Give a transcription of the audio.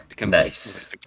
Nice